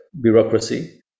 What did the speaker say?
bureaucracy